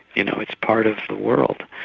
you know, it's part of the world.